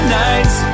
nights